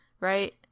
right